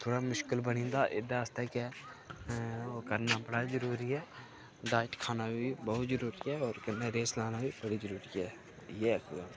थोह्ड़ा मुश्कल बनी जंदा एहदे आस्तै गै ओह् करना बड़ा जरूरी ऐ डाइट खाना बी बहुत जरुरी ऐ होर कन्नै रेस लाना बी बड़ा जरूरी ऐ इ'यै